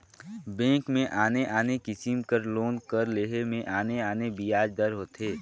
bank में आने आने किसिम कर लोन कर लेहे में आने आने बियाज दर होथे